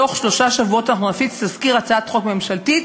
בתוך שלושה שבועות אנחנו נפיץ תזכיר להצעת חוק ממשלתית,